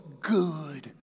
good